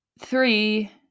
three